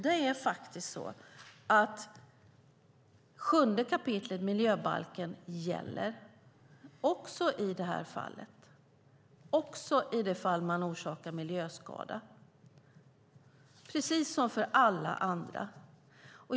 Det är faktiskt så att 7 kap. miljöbalken gäller också i detta fall och i det fall man orsakar miljöskada, precis som för alla andra.